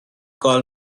call